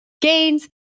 gains